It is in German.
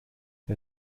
der